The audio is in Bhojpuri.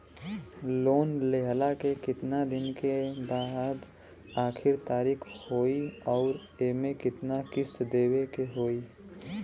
लोन लेहला के कितना दिन के बाद आखिर तारीख होई अउर एमे कितना किस्त देवे के होई?